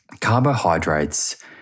Carbohydrates